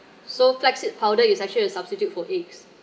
so flak seed powder is actually a substitute for eggs